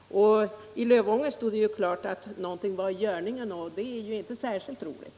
I Lövånger stod det klart att någonting var i görningen, och det var ju inte särskilt roligt.